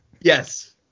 Yes